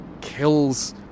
kills